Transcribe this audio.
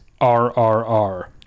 RRR